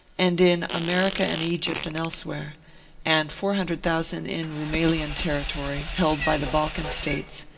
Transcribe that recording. and in america and egypt and else where and four hundred thousand in roumelian territory, held by the balkan states,